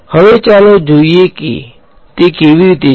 હવે ચાલો જોઈએ કે તે કેવી રીતે છે